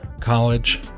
college